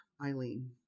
Eileen